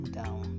down